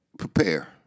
prepare